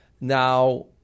now